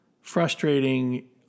frustrating